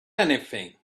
anything